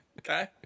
Okay